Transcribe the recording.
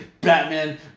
Batman